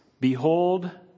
Behold